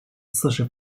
四十